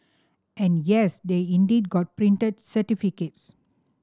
and yes they indeed got printed certificates